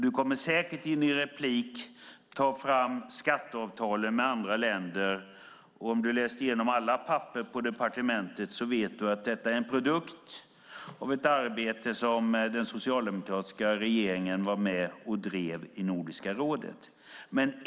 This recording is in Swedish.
Du kommer säkert i ett inlägg att ta fram skatteavtalen med andra länder. Om du har läst igenom alla papper på departementet vet du att detta är en produkt av ett arbete som den socialdemokratiska regeringen var med och drev i Nordiska rådet.